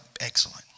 excellent